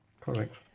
Correct